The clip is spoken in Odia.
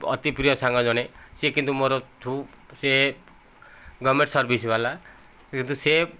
ଅତି ପ୍ରିୟ ସାଙ୍ଗ ଜଣେ ସେ କିନ୍ତୁ ମୋର ସେ ଗଭର୍ଣ୍ଣମେଣ୍ଟ ସର୍ଭିସ ବାଲା କିନ୍ତୁ ସେ